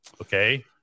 okay